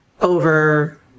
over